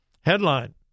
Headline